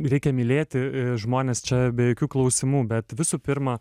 reikia mylėti žmones čia be jokių klausimų bet visų pirma